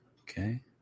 Okay